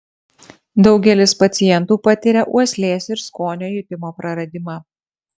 daugelis pacientų patiria uoslės ir skonio jutimo praradimą